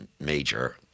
major